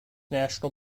national